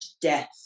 death